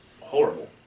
horrible